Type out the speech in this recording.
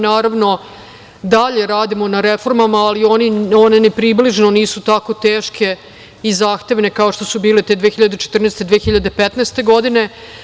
Naravno, mi dalje radimo na reformama, ali one ni približno nisu tako teške i zahtevne kao što su bile te 2014. i 2015. godine.